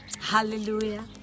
Hallelujah